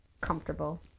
Comfortable